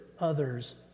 others